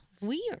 Weird